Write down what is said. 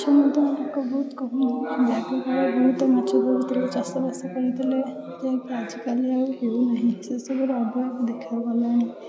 ମାଛ ମଧ୍ୟ ଆଗ ବହୁତ କମ ଆଗକାଳରେ ବହୁତ ମାଛ ଧରୁଥୁଲେ ଚାଷବାସ କରୁଥୁଲେ କିନ୍ତୁ ଆଜିକାଲି ଆଉ ହେଉ ନାହିଁ ସେ ସବୁର ଅଭାବ ଦେଖାଗଲାଣି